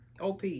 OP